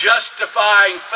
justifying